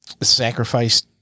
sacrifice